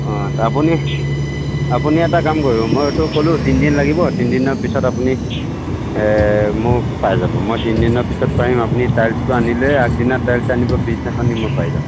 অঁ আপুনি আপুনি এটা কাম কৰিব মই এইতো ক'লোঁ তিনিদিন লাগিব তিনিদিনৰ পিছত আপুনি মোক পাই যাব মই তিনিদিনৰ পিছত পাৰিম আপুনি টাইলছটো আনিলেই আগদিনা টাইলচ আনিব পিছদিনাখন মই পাই যাম